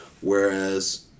Whereas